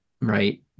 right